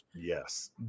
Yes